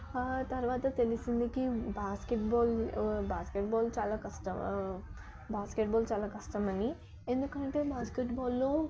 తర్వాత తెలిసింది basketball basketball చాలా కష్టం బాస్కెట్బాల్ చాలా కష్టం అని ఎందుకంటే బాస్కెట్బాల్లో